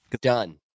Done